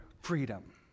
freedom